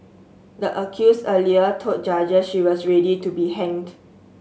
the accused earlier told judges she was ready to be hanged